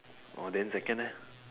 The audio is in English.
orh then second eh